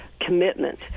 commitment